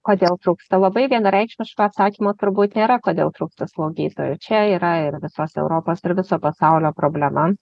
kodėl trūksta labai vienareikšmiško atsakymo turbūt nėra kodėl trūksta slaugytojų čia yra ir visos europos ir viso pasaulio problema